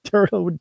Turtle